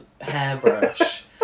hairbrush